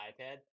iPad